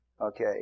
Okay